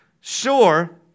sure